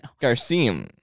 Garcia